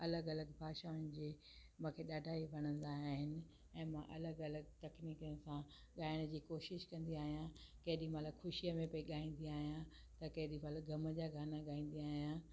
अलॻि अलॻि भाषाउनि जी मूंखे ॾाढा ई वणंदा आहिनि ऐं मां अलॻि अलॻि तकनीकियुनि सां ॻाइण जी कोशिशि कंदी आहियां केॾीमहिल ख़ुशीअ में बि ॻाईंदी आहियां त केॾीमहिल ग़म जा गाना ॻाईंदी आहियां